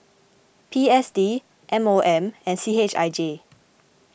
P S D M O M and C H I J